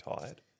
tired